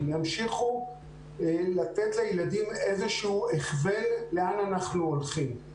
ימשיכו לתת לילדים איזשהו הכוון לאן אנחנו הולכים.